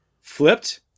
flipped